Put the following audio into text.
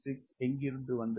866 எங்கிருந்து வந்தது